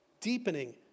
deepening